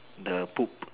the poop